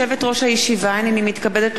הנני מתכבדת להודיעכם,